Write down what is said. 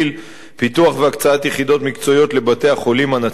פיתוח והקצאת יחידות מקצועיות לבתי-החולים הנצרתיים,